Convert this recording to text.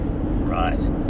right